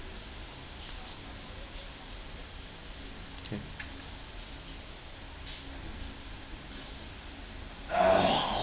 okay